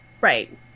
Right